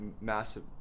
massive